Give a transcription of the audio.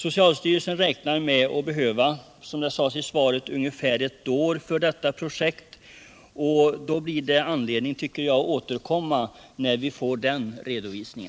Socialstyrelsen räknar med, som det sades i svaret, att behöva ungefär ett år för detta projekt, och det blir anledning att återkomma när vi får den redovisningen.